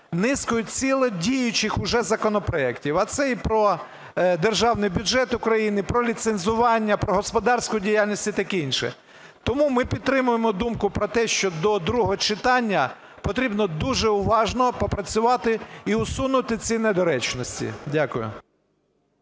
низкою цілою діючих уже законопроектів. А це і про Державний бюджет України, про ліцензування, про господарську діяльність і таке інше. Тому ми підтримуємо думку про те, що до другого читання потрібно дуже уважно попрацювати і усунути ці недоречності. Дякую.